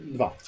Dwa